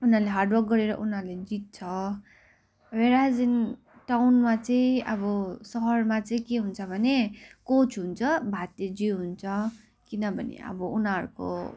उनीहरूले हार्डवर्क गरेर उनीहरूले जित्छ ह्वेर एज इन टाउनमा चाहिँ अब सहरमा चाहिँ के हुन्छ भने कोच हुन्छ भाते जिउ हुन्छ किनभने अब उनीहरूको